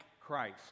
Christ